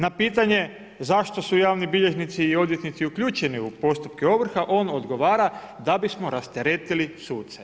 Na pitanje zašto su javni bilježnici i odvjetnici uključeni u postupke ovrhe, on odgovara da bi smo rasteretili suce.